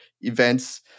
Events